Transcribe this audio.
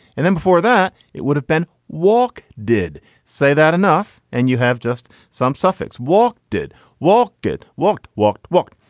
and then before that, it would have been walk did say that enough. and you have just some suffolk's walk did walk. it walked, walked, walk.